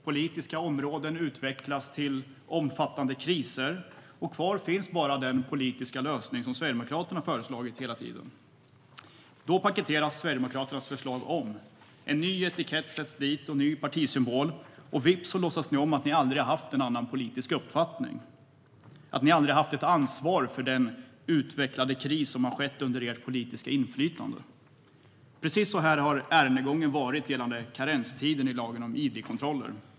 Politiska områden utvecklas till omfattande kriser. Kvar finns bara den politiska lösning som Sverigedemokraterna hela tiden har föreslagit. Då paketeras Sverigedemokraternas förslag om. En ny etikett och en ny partisymbol sätts på, och vips låtsas ni som att ni aldrig har haft en annan politisk uppfattning, att ni aldrig har haft ett ansvar för den utvecklade kris som har uppstått under ert politiska inflytande. Precis så här har ärendegången varit genom karenstiden i lagen om idkontroller.